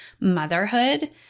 motherhood